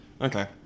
Okay